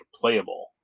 playable